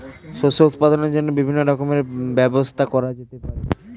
শস্য উৎপাদনের জন্য বিভিন্ন রকমের ব্যবস্থা করা যেতে পারে